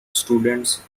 students